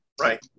Right